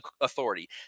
Authority